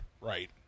Right